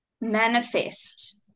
Manifest